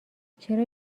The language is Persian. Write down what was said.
چرا